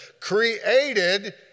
created